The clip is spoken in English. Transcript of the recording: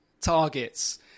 targets